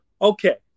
Okay